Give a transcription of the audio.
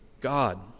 God